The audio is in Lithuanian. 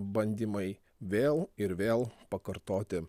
bandymai vėl ir vėl pakartoti